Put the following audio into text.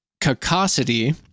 cacosity